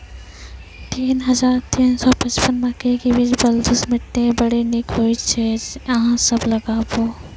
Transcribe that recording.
तीन हज़ार तीन सौ पचपन मकई के बीज बलधुस मिट्टी मे बड़ी निक होई छै अहाँ सब लगाबु?